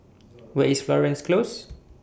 Where IS Florence Close